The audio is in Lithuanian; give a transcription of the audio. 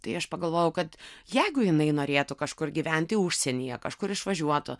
tai aš pagalvojau kad jeigu jinai norėtų kažkur gyventi užsienyje kažkur išvažiuotų